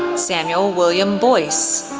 samuel william boyce,